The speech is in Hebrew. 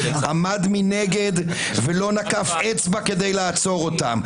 עמד מנגד ולא נקף אצבע כדי לעצור אותם.